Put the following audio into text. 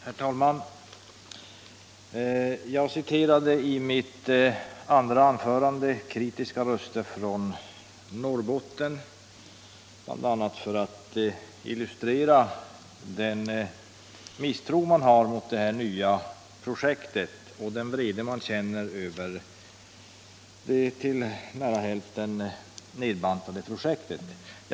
Herr talman! Jag citerade i mitt andra anförande kritiska röster från Norrbotten, bl.a. för att illustrera den misstro som finns mot det här nya projektet och den vrede man där känner över det till nära hälften nedbantade projektet. Bl.